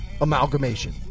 amalgamation